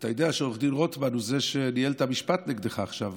ואתה יודע שעו"ד רוטמן הוא זה שניהל את המשפט נגדך עכשיו,